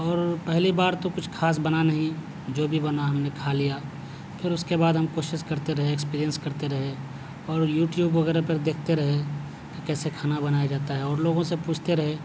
اور پہلی بار تو کچھ خاص بنا نہیں جو بھی بنا ہم نے کھا لیا پھر اس کے بعد ہم کوشش کرتے رہے ایکسپریئنس کرتے رہے اور یوٹیوب وغیرہ پر دیکھتے رہے کہ کیسے کھانا بنایا جاتا ہے اور لوگوں سے پوچھتے رہے